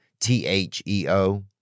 T-H-E-O